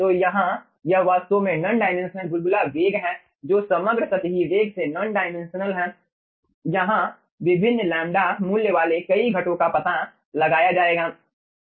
तो यहाँ यह वास्तव में नॉन डायमेंशनल बुलबुला वेग है जो समग्र सतही वेग से नॉन डायमेंशनल है और यहां विभिन्न λ मूल्य वाले कई घटों का पता लगाया जाएगा